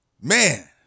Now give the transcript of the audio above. Man